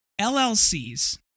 LLCs